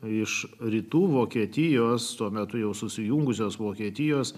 iš rytų vokietijos tuo metu jau susijungusios vokietijos